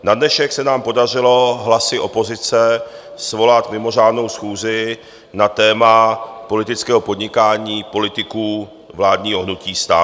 Na dnešek se nám podařilo hlasy opozice svolat mimořádnou schůzi na téma politického podnikání politiků vládního hnutí STAN.